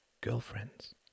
girlfriends